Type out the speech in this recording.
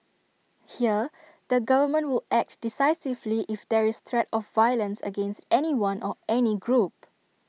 here the government will act decisively if there is threat of violence against anyone or any group